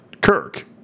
Kirk